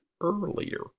earlier